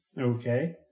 Okay